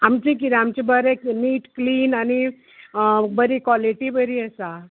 आमचें कितें आमचें बरें नीट क्लीन आनी बरी क्वॉलिटी बरी आसा